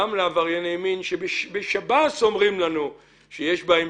גם עברייני מין שבשב"ס אומרים לנו שיש בהם